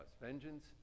Vengeance